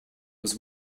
was